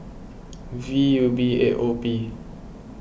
V U B eight O P